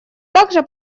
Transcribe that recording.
также